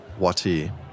Wati